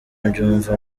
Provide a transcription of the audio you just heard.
mbyumva